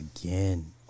again